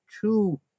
two